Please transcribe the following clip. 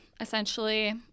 essentially